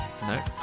No